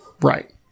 Right